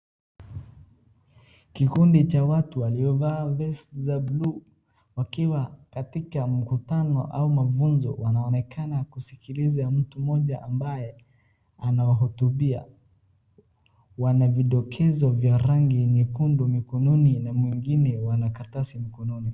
Kikundi cha watu walio vaa vesti za buluu wakiwa katika mkutano au mafunzo wanaonekana kuskiza mtu mmoja ambaye anawahutubia. Wanavidokezo vya rangi nyekundu mikononi na mwingine wanakaratasi mkononi.